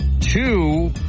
Two